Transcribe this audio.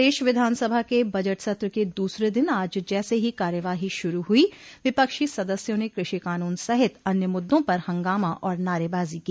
प्रदेश विधानसभा के बजट सत्र के दूसरे दिन आज जैसे ही कार्यवाही शुरू हुई विपक्षी सदस्यों ने कृषि कानून सहित अन्य मुद्दों पर हंगामा और नारेबाजी की